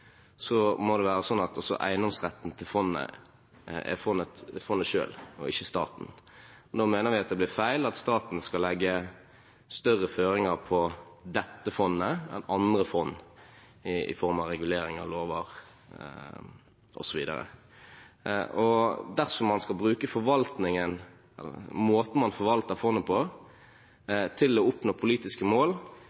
må det være sånn at også eiendomsretten til fondet har fondet selv og ikke staten. Vi mener det blir feil at staten skal legge sterkere føringer på dette fondet enn andre fond i form av reguleringer, lover osv. Hvis man skal bruke måten man forvalter fondet på,